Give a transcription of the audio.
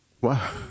Wow